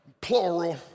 plural